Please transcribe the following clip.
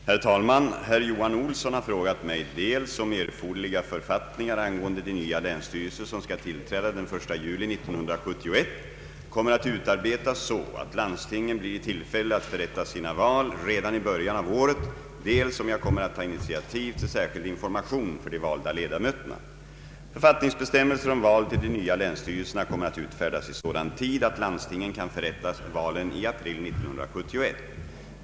Herr talman! Herr Johan Olsson har frågat mig dels om erforderliga författningar angående de nya länsstyrelser som skall tillträda den 1 juli 1971 kommer att utarbetas så att landstingen blir i tillfälle att förrätta sina val redan i början av året, dels om jag kommer att ta initiativ till särskild information för de valda ledamöterna. Författningsbestämmelser om val till de nya länsstyrelserna kommer att utfärdas i sådan tid att landstingen kan förrätta valen i april 1971.